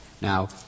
Now